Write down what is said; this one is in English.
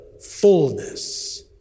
fullness